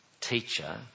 teacher